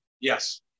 Yes